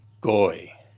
Goy